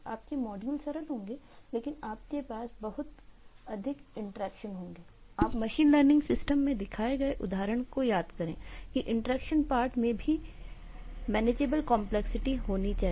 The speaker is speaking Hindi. आपके मॉड्यूल सरल होंगे लेकिन आपके पास बहुत अधिक इंटरैक्शन होंगे आप मशीन लर्निंग सिस्टम में दिखाए गए उदाहरण को याद करें की इंटरेक्शन पार्ट में भी प्रबंधनीय जटिलता मेनेजेबल कॉम्प्लेक्सिटी होना चाहिए